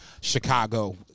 Chicago